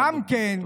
תודה.